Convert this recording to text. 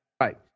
Right